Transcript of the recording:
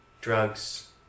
Drugs